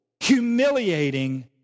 humiliating